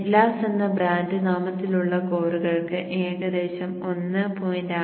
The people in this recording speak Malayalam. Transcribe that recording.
മെറ്റ്ലാസ് എന്ന ബ്രാൻഡ് നാമത്തിൽ ഉള്ള കോറുകൾക്ക് ഏകദേശം 1